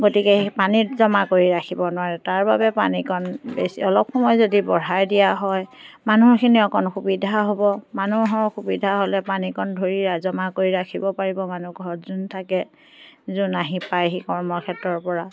গতিকে সেই পানীটো জমা কৰি ৰাখিব নোৱাৰে তাৰ বাবে পানীকণ বেছি অলপ সময় যদি বঢ়াই দিয়া হয় মানুহখিনিৰ অকণ সুবিধা হ'ব মানুহৰ সুবিধা হ'লে পানীকণ ধৰি জমা কৰি ৰাখিব পাৰিব মানুহঘৰত যোন থাকে যোন আহি পায়হি কৰ্মক্ষেত্ৰৰ পৰা